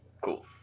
Cool